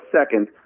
second